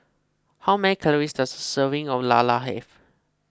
how many calories does a serving of Lala have